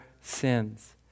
sins